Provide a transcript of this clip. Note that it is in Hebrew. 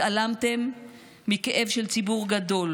התעלמתם מכאב של ציבור גדול